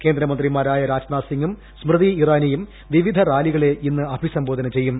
കേന്ദ്രമന്ത്രിമാരായ രാജ്നാഥ് സിംഗും സ്മൃതി ഇറാനിയും വിവിധ റാലികളെ ഇന്ന് അഭിസംബോധന ചെയ്യും